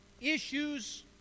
issues